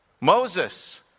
Moses